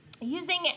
Using